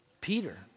Peter